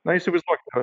na įsivaizduokite